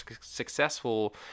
successful